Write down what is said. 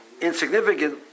insignificant